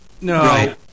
No